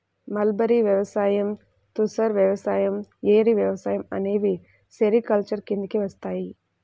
mulberry వ్యవసాయం, తుసర్ వ్యవసాయం, ఏరి వ్యవసాయం అనేవి సెరికల్చర్ కిందికి వస్తాయి